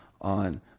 on